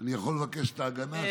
אני יכול לבקש את ההגנה?